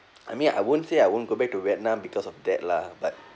I mean I won't say I won't go back to vietnam because of that lah but